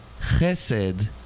chesed